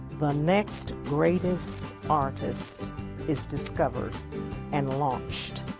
the next greatest artist is discovered and launched